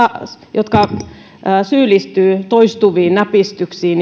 jotka syyllistyvät toistuviin näpistyksiin